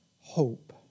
hope